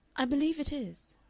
i believe it is.